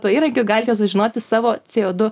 tuo įrankiu galit sužinoti savo cė o du